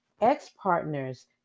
ex-partner's